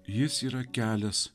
jis yra kelias